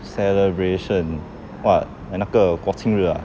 celebration what 那个国庆日啊